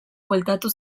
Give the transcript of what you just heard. bueltatu